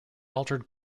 altered